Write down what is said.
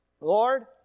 Lord